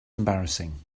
embarrassing